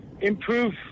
improve